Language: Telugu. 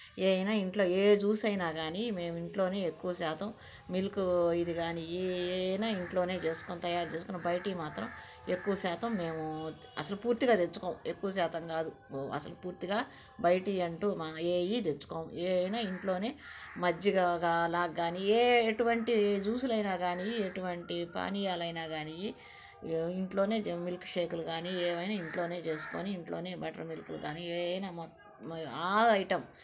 ఏదైనా ఇంట్లో ఏ జ్యూస్ అయినా కానీ మేము ఇంట్లోనే ఎక్కువ శాతం మిల్క్ ఇది కానీ ఏదైనా ఇంట్లోనే చేసుకొని తయారుచేసుకొని బయటికి మాత్రం ఎక్కువ శాతం మేము అసలు పూర్తిగా తెచ్చుకోము ఎక్కువ శాతం కాదు అసలు పూర్తిగా బయటవి అంటూ ఏవి తెచ్చుకోము ఏదైనా ఇంట్లోనే మజ్జిగ అలాంటివి కానీ ఏ ఎటువంటివి ఏ జ్యూసులు అయినా కానీ ఎటువంటి పానీయాలు అయినా కానీ ఇంట్లోనే మిల్క్ షేకులు కానీ ఏవైనా ఇంట్లోనే చేసుకుని ఇంట్లోనే బట్టర్ మిల్క్లు కానీ ఏదైనా మొత్తం ఆల్ ఐటమ్